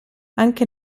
anche